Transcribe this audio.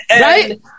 right